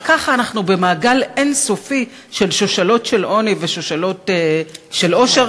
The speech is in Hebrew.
וכך אנחנו במעגל אין-סופי של שושלות של עוני ושושלות של עושר,